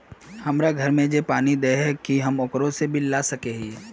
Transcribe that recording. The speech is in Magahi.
हमरा घर में जे पानी दे है की हम ओकरो से बिल ला सके हिये?